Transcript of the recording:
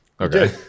Okay